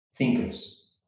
thinkers